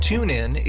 TuneIn